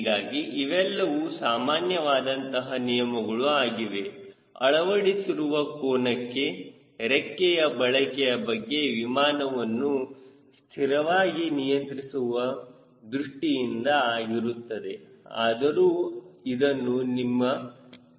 ಹೀಗಾಗಿ ಇವೆಲ್ಲವೂ ಸಾಮಾನ್ಯ ವಾದಂತಹ ನಿಯಮಗಳ ಆಗಿವೆ ಅಳವಡಿಸಿರುವ ಕೋನಕ್ಕೆ ರೆಕ್ಕೆಯ ಬಳಕೆಯ ಬಗ್ಗೆ ವಿಮಾನವನ್ನು ಸ್ಥಿರವಾಗಿ ನಿಯಂತ್ರಿಸುವ ದೃಷ್ಟಿಯಿಂದ ಆಗಿರುತ್ತದೆ ಆದರೂ ಇದನ್ನು ನಿಮ್ಮ ತಿಳಿಸಬೇಕು